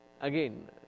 Again